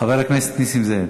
חבר הכנסת נסים זאב,